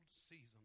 season